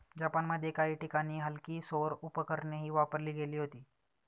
जपानमध्ये काही ठिकाणी हलकी सौर उपकरणेही वापरली गेली होती